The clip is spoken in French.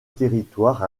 territoire